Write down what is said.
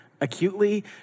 Acutely